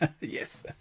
Yes